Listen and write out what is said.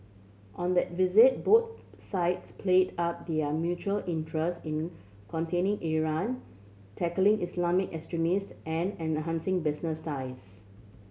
on that visit both sides played up their mutual interest in containing Iran tackling Islamic extremist and enhancing business ties